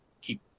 keep